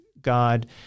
God